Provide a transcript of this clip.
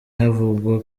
havugwa